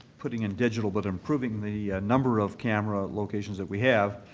putting in digital, but improving the number of camera locations that we have.